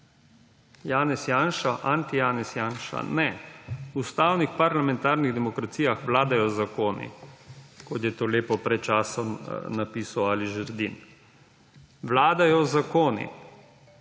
Janez Janša? Antijanezjanša? Ne. V ustavnih parlamentarnih demokracijah vladajo zakoni, kot je to lepo pred časom napisal Ali Žerdin. Vladajo zakoni.